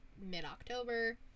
mid-october